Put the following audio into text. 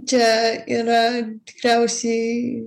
čia yra tikriausiai